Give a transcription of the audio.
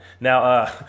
Now